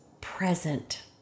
present